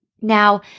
Now